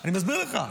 -- אני מסביר לך.